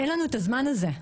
אין לנו את הזמן הזה.